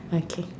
okay